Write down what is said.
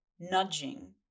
nudging